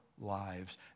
lives